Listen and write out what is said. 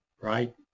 right